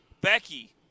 Becky